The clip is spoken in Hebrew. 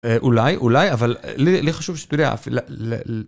אולי, אולי, אבל לי חשוב שאתה יודע אפילו...